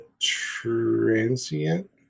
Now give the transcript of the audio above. Transient